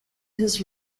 his